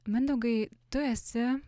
mindaugai tu esi